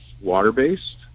water-based